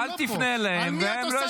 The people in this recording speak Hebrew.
הכול בסדר.